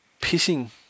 pissing